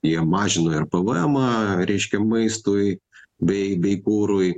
jie mažino ir p v emą reiškia maistui bei bei kurui